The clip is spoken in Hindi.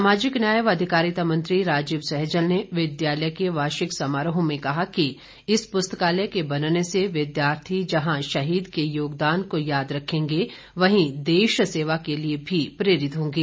सामाजिक न्याय व अधिकारिता मंत्री राजीव सैजल ने विद्यालय के वार्षिक समारोह में कहा कि इस पुस्तकालय के बनने से विद्यार्थी जहां शहीद के योगदान को याद रखेंगे वहीं देश सेवा के लिए भी प्रेरित होंगे